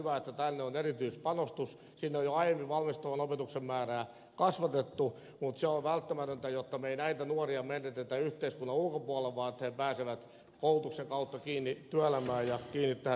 sinne on jo aiemmin valmistavan opetuksen määrää kasvatettu mutta se on välttämätöntä jotta me emme näitä nuoria menetä yhteiskunnan ulkopuolelle vaan he pääsevät koulutuksen kautta kiinni työelämään ja kiinni tähän yhteiskuntaan